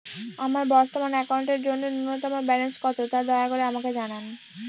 আমার বর্তমান অ্যাকাউন্টের জন্য ন্যূনতম ব্যালেন্স কত, তা দয়া করে আমাকে জানান